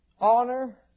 honor